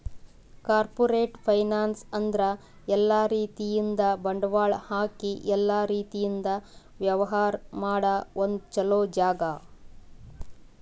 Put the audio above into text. corporate finance ಅಂದ್ರ ಎಲ್ಲಾ ರೀತಿಯಿಂದ್ ಬಂಡವಾಳ್ ಹಾಕಿ ಎಲ್ಲಾ ರೀತಿಯಿಂದ್ ವ್ಯವಹಾರ್ ಮಾಡ ಒಂದ್ ಚೊಲೋ ಜಾಗ